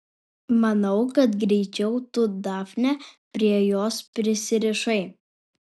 manau kad greičiau tu dafne prie jos prisirišai